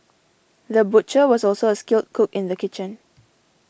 the butcher was also a skilled cook in the kitchen